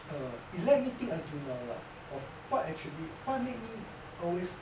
are you let me think until now lah of what actually what made me always